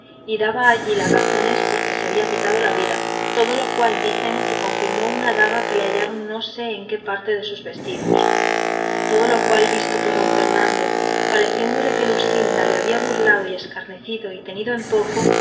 y daba allí las razones por que se había quitado la vida todo lo cual dicen que confirmó una daga que le hallaron no sé en qué parte de sus vestidos todo lo cual visto por don fernando pareciéndole que luscinda le había burlado y escarnecido y tenido en poco